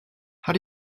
how